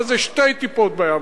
זה שתי טיפות בים,